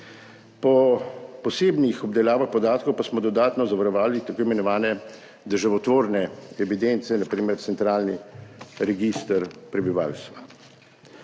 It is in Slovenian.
Po posebnih obdelavah podatkov pa smo dodatno zavarovali tako imenovane državotvorne evidence, na primer centralni register prebivalstva.